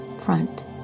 front